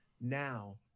now